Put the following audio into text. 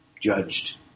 judged